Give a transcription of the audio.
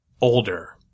older